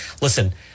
Listen